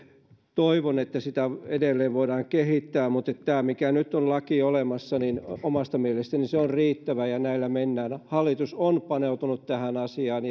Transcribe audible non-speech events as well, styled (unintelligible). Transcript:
toivon että sitä edelleen voidaan kehittää mutta tämä laki mikä nyt on olemassa on omasta mielestäni riittävä ja näillä mennään hallitus on paneutunut tähän asiaan (unintelligible)